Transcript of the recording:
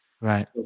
right